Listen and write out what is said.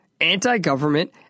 anti-government